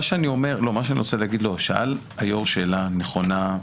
שאל היו"ר שאלה נכונה,